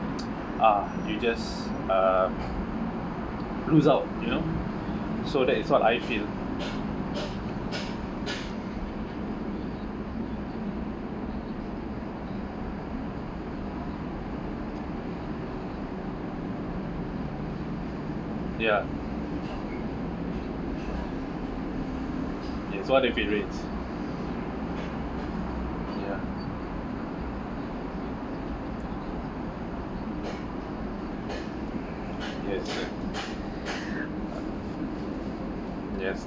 ah you just uh lose out you know so that is what I feel ya it's what if it rains ya yes yes yes